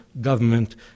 government